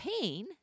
pain